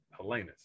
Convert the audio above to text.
Helenas